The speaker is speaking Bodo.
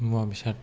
मुवा बेसाद